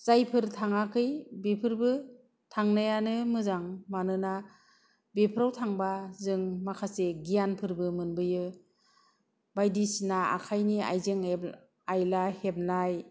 जायफोर थाङाखै बैफोरबो थांनायानो मोजां मानोना बेफोराव थांबा जों माखासे गियानफोरबो मोनबोयो बायदिसिना आखायनि आयजें आयला हेबनाय